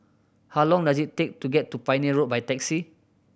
how long does it take to get to Pioneer Road by taxi